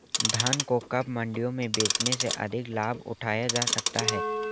धान को कब मंडियों में बेचने से अधिक लाभ उठाया जा सकता है?